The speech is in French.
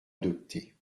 adoptée